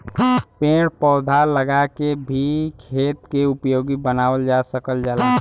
पेड़ पौधा लगा के भी खेत के उपयोगी बनावल जा सकल जाला